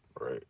Right